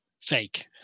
fake